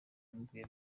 yamubwiye